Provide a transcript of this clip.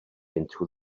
into